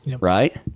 right